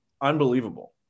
unbelievable